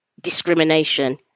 discrimination